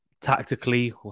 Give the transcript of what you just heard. tactically